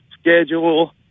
schedule